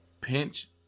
pinch